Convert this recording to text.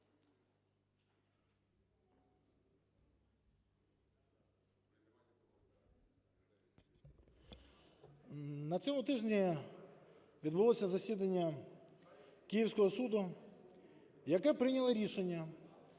На цьому тижні відбулося засідання київського суду, який прийняв рішення